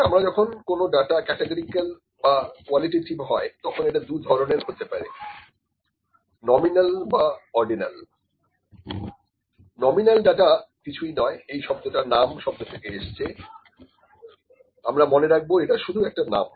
সুতরাং যখন কোন ডাটা ক্যাটেগরিকাল বা কোয়ালিটেটিভ হয় তখন এটা দু ধরনের হতে পারে নমিনাল বা অরডিনাল নমিনাল ডাটা কিছুই নয় এই শব্দ টা নাম শব্দ থেকে এসেছে আমরা মনে রাখবো যে এটা শুধু একটা নাম